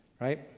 right